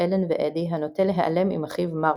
אלן ואדי הנוטה להיעלם עם אחיו מרקו.